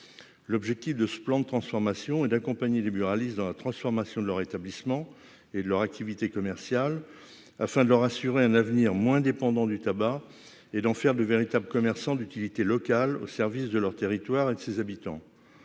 l'objectif de ce plan de transformation et d'accompagner les buralistes dans la transformation de leur établissement et de leur activité commerciale afin de leur assurer un avenir moins dépendants du tabac et d'en faire de véritables commerçants d'utilité locale au service de leur territoire et de ses habitants